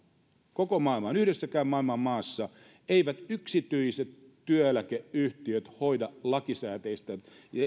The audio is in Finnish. koko maailmaan verrattuna yhdessäkään maailman maassa eivät yksityiset työeläkeyhtiöt hoida lakisääteistä